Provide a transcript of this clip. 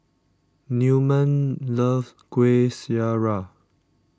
Newman loves Kueh Syara